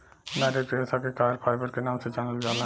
नारियल के रेशा के कॉयर फाइबर के नाम से जानल जाला